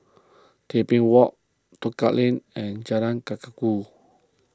Tebing Walk Duku Lane and Jalan Kakatua